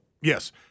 Yes